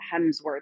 Hemsworth